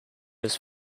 his